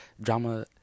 Drama